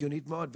הגיונית מאוד.